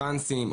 טרנסים,